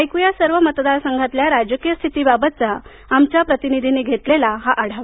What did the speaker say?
ऐकूया सर्व मतदारसंघातल्या राजकीय स्थितीबाबतचा आमच्या प्रतिनिधीनं घेतलेला आढावा